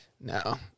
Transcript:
No